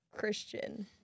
Christian